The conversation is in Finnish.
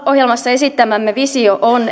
esittämämme visio on